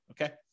Okay